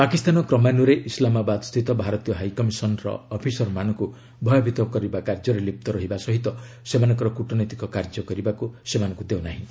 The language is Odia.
ପାକିସ୍ତାନ କ୍ରମାନୃୟରେ ଇସ୍ଲାମାବାଦସ୍ରିତ ଭାରତୀୟ ହାଇକମିଶନ୍ ର ଅଫିସରମାନଙ୍କୁ ଭୟଭୀତ କରିବା କାର୍ଯ୍ୟରେ ଲିପ୍ତ ରହିବା ସହ ସେମାନଙ୍କର କ୍ରଟନୈତିକ କାର୍ଯ୍ୟ କରିବାକୁ ସେମାନଙ୍କୁ ଦେଉନାହିଁ